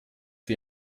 wie